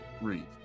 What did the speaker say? read